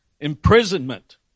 imprisonment